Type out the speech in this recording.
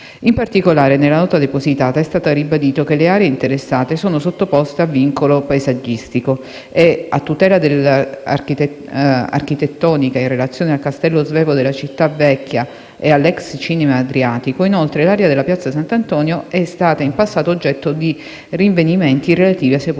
In particolare, nella nota depositata, è stato ribadito che le aree interessate sono sottoposte a vincolo paesaggistico e a tutela architettonica in relazione al Castello Svevo della città vecchia e all'ex cinema Adriatico; inoltre, l'area di Piazza Sant'Antonio è stata in passato oggetto di rinvenimenti relativi a sepolture